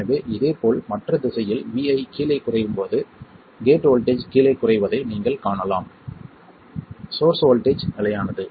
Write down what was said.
மேலும் இதேபோல் மற்ற திசையில் Vi கீழே குறையும்போது கேட் வோல்ட்டேஜ் கீழே குறைவதை நீங்கள் காணலாம் சோர்ஸ் வோல்ட்டேஜ் நிலையானது